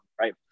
right